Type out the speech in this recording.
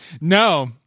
No